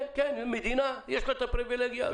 כן, למדינה יש הפריבילגיה הזאת.